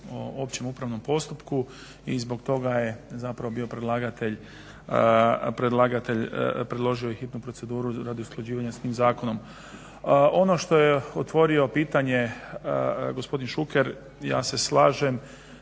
općem upravnom postupku i zbog toga je zapravo predlagatelj predložio i hitnu proceduru radi usklađivanja s tim zakonom. Ono što je otvorio pitanje gospodin Šuker, ja se slažem